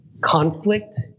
conflict